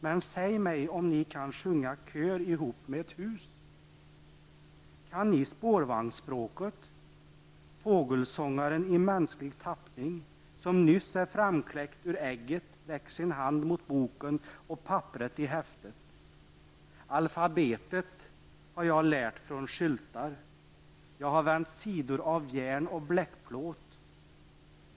Men säg mig om ni kan sjunga kör ihop med ett hus? som nyss är framkläckt ur ägget räcker sin hand mot boken Alfabetet har jag lärt från skyltar. Jag har vänt sidor av järn och bleckplåt.